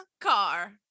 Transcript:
car